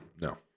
no